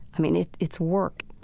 i mean, it's it's work.